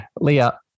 Leah